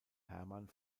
hermann